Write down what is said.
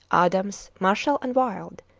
adams, marshall, and wild,